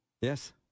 Yes